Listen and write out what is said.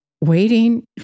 waiting